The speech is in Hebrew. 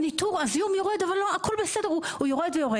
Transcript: והזיהום יורד אבל הכל בסדר הוא יורד הוא יותר.